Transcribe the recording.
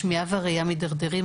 השמיעה והראייה מתדרדרים,